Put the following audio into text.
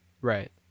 Right